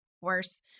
Worse